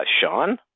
Sean